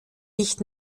nicht